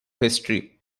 history